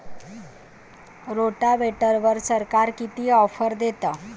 रोटावेटरवर सरकार किती ऑफर देतं?